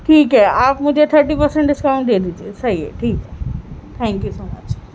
ٹھیک ہے آپ مجھے تھرٹی پرسنٹ ڈسکاؤنٹ دے دیجیے صحیح ہے ٹھیک ہے تھینک یو سو مچ